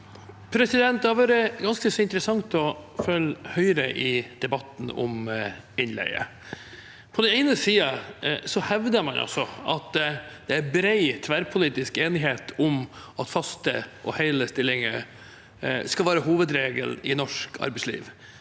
Det har vært gans- ke så interessant å følge Høyre i debatten om innleie. På den ene siden hevder man at det er bred tverrpolitisk enighet om at faste og hele stillinger skal være hovedregelen i norsk arbeidsliv,